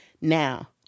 Now